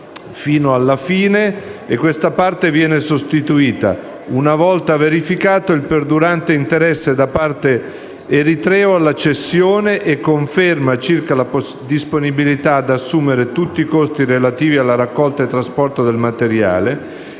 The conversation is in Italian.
fino alla fine. Questa parte viene sostituita con la seguente: «una volta verificato il perdurante interesse da parte eritrea alla cessione e conferma circa la disponibilità ad assumersi tutti i costi relativi alla raccolta e trasporto del materiale